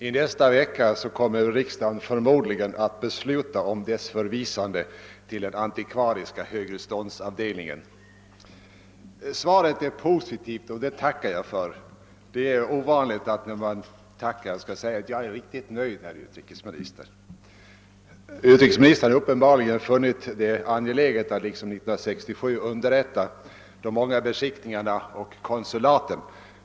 I nästa vecka kommer riksdagen förmodligen att besluta om dess förvisande till den antikvariska högreståndsavdelningen. Svaret är positivt, och det tackar jag för. När man tackar för ett svar är det ovanligt att man säger sig vara riktigt nöjd, men det är jag, herr utrikesminister. Uppenbarligen har utrikesministern funnit det vara angeläget att i likhet med 1967 underrätta de många beskickningarna och konsulaten.